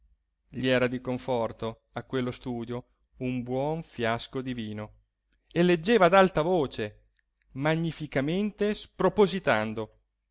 gli era di conforto a quello studio un buon fiasco di vino e leggeva ad alta voce magnificamente spropositando